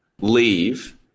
leave